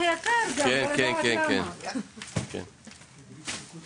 ועובדת כמפקחת